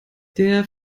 der